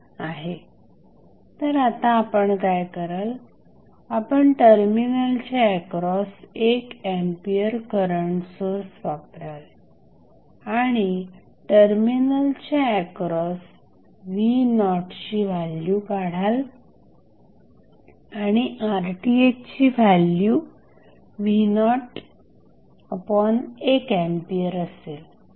तर आपण आता काय कराल आपण टर्मिनलच्या एक्रॉस 1 एंपियर करंट सोर्स वापराल आणि टर्मिनलच्या एक्रॉस v0 ची व्हॅल्यू काढाल आणि Rth ची व्हॅल्यू v01 एंपियर असेल